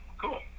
Cool